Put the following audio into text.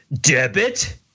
Debit